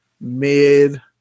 mid –